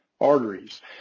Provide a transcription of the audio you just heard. arteries